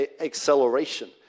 acceleration